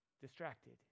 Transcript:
distracted